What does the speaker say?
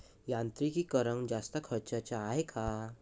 यांत्रिकीकरण जास्त खर्चाचं हाये का?